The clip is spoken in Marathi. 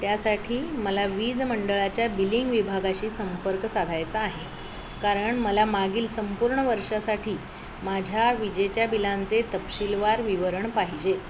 त्यासाठी मला वीज मंडळाच्या बिलिंग विभागाशी संपर्क साधायचा आहे कारण मला मागील संपूर्ण वर्षासाठी माझ्या विजेच्या बिलांचे तपशीलवार विवरण पाहिजे